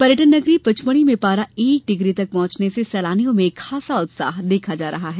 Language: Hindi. पर्यटन नगरी पचमढ़ी में पारा एक डिग्री तक पहुंचने से सैलानियों में उत्साह देखा जा रहा है